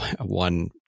One